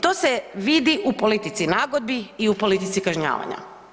To se vidi u politici nagodbi i u politici kažnjavanja.